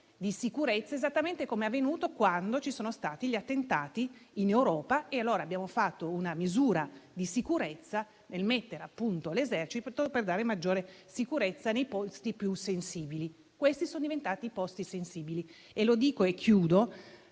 di sicurezza, esattamente come è avvenuto quando ci sono stati gli attentati in Europa. Allora abbiamo adottato una misura di sicurezza consistente nello schierare appunto l'Esercito per garantire maggiore sicurezza nei posti più sensibili. Questi sono diventati posti sensibili. Gli operatori